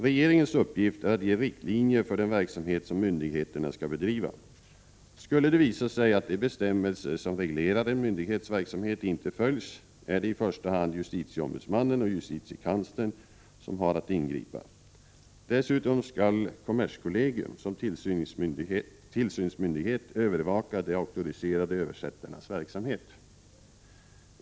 Regeringens uppgift är att ge riktlinjer för den verksamhet som myndigheterna skall bedriva. Skulle det visa sig att de bestämmelser som reglerar en myndighets verksamhet inte följs, är det i första hand justitieombudsmannen och justitiekanslern som har att ingripa. Dessutom skall kommerskollegium, som tillsynsmyndighet, övervaka de auktoriserade översättarnas verksamhet.